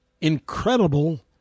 incredible